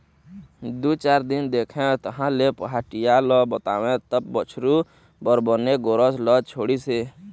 दू चार दिन देखेंव तहाँले पहाटिया ल बताएंव तब बछरू बर बने गोरस ल छोड़िस हे